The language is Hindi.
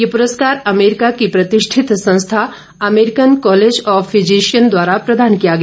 ये पुरस्कार अमेरिका की प्रतिष्ठित संस्था अमेरिकन कॉलेज ऑफ फिजिशियन द्वारा प्रदान किया गया